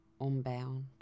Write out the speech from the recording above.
unbound